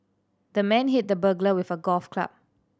the man hit the burglar with a golf club